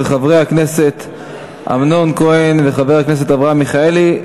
של חבר הכנסת אמנון כהן וחבר הכנסת אברהם מיכאלי.